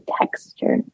texture